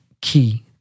key